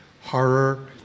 horror